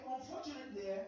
unfortunately